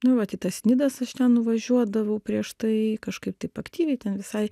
nu vat į tas nidas aš ten nuvažiuodavau prieš tai kažkaip taip aktyviai ten visai